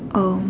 um